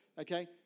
Okay